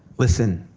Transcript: listen.